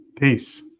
Peace